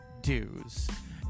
dues